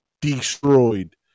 destroyed